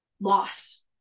loss